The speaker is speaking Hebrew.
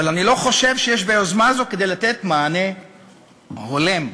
אבל אני לא חושב שיש ביוזמה הזו כדי לתת מענה הולם בעניין,